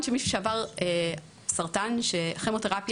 שמישהו שחלה בסרטן ועבר כימותרפיה,